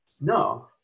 no